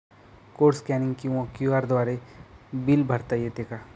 Code scanning किंवा QR द्वारे bill भरता येते का?